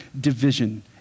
division